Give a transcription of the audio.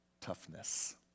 toughness